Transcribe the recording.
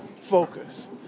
focus